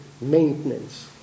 maintenance